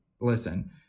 listen